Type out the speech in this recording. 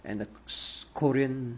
and the korean